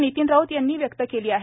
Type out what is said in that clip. नितीन राऊत यांनी व्यक्त केली आहे